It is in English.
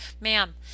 ma'am